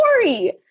story